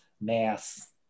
mass